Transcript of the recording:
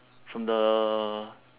from the